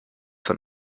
von